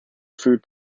food